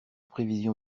prévision